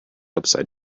upside